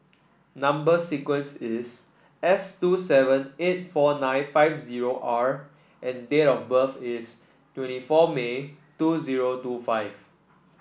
number sequence is S two seven eight four nine five zero R and date of birth is twenty four May two zero two five